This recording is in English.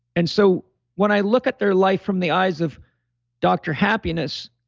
and so when i look at their life from the eyes of doctor happiness,